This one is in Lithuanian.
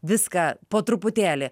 viską po truputėlį